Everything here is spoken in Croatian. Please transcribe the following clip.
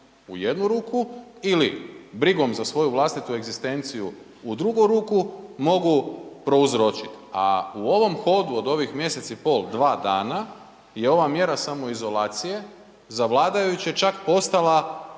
u jednu ruku, ili brigom za svoju vlastitu egzistenciju u drugu ruku, mogu prouzročiti. A u ovom hodu od ovih mjesec i pol, dva dana je ova mjera samoizolacije za vladajuće čak postala